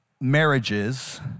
marriages